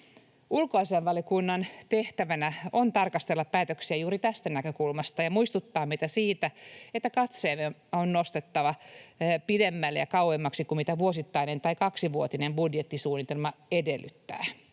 Ulkoasiainvaliokunnan tehtävänä on tarkastella päätöksiä juuri tästä näkökulmasta ja muistuttaa meitä siitä, että katseemme on nostettava pidemmälle ja kauemmaksi kuin vuosittainen tai kaksivuotinen budjettisuunnitelma edellyttää.